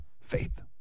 Faith